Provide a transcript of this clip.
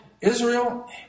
Israel